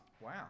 Wow